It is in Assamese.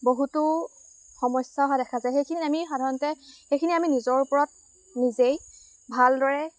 বহুতো সমস্যা হোৱা দেখা যায় সেইখিনি আমি সাধাৰণতে সেইখিনি আমি নিজৰ ওপৰত নিজেই ভালদৰে